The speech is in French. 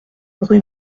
rue